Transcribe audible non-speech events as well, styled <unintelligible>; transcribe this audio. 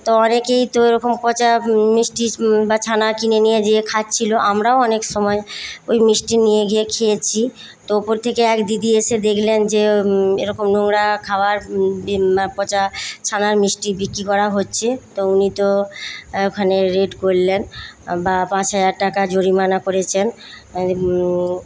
তো অনেকেই তো এরকম পচা মিষ্টি বা ছানা কিনে নিয়ে গিয়ে খাচ্ছিল আমরাও অনেক সময় ওই মিষ্টি নিয়ে গিয়ে খেয়েছি তো ওপর থেকে এক দিদি এসে দেখলেন যে এরকম নোংরা খাবার <unintelligible> পচা ছানার মিষ্টি বিক্রি করা হচ্ছে তো উনি তো ওখানে রেড করলেন বা পাঁচ হাজার টাকা জরিমানা করেছেন